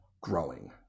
growing